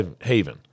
haven